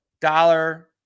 dollar